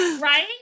right